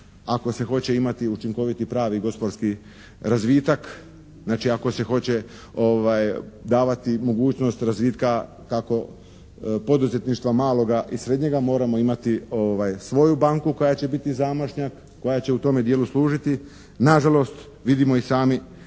ako se hoće imati učinkoviti pravi gospodarski razvitak, znači ako se hoće davati mogućnost razvitka kako poduzetništva maloga i srednjega, moramo imati svoju banku koja će biti zamašna. Koja će u tome dijelu služiti. Nažalost vidimo i sami